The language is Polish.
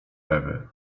ewy